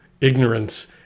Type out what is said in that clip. ignorance